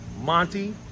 Monty